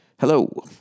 Hello